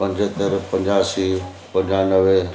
पंंजहतरि पंजासी पंजानवे